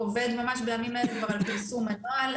עובד ממש בימים אלה כבר על פרסום הנוהל.